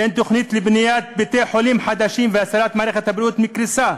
אין תוכנית לבניית בתי-חולים חדשים והצלת מערכת הבריאות מקריסה.